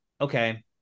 Okay